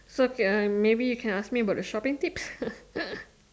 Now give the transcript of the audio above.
so okay I maybe you can ask me about the shopping tips